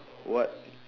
what